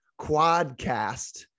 quadcast